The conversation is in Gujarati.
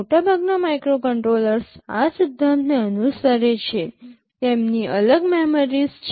મોટાભાગના માઇક્રોકન્ટ્રોલર્સ આ સિદ્ધાંતને અનુસરે છે તેમની અલગ મેમરીસ છે